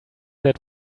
that